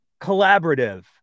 collaborative